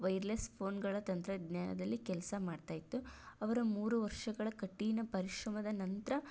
wireless ಫೋನ್ಗಳ ತಂತ್ರಜ್ಞಾನದಲ್ಲಿ ಕೆಲಸ ಮಾಡ್ತಾಯಿತ್ತು ಅವರ ಮೂರು ವರ್ಷಗಳ ಕಠಿಣ ಪರಿಶ್ರಮದ ನಂತರ